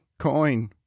coin